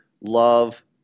love